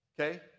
okay